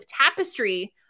tapestry